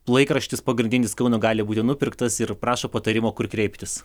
laikraštis pagrindinis kauno gali būti nupirktas ir prašo patarimo kur kreiptis